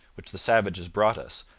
which the savages brought us,